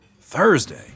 Thursday